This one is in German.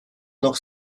noch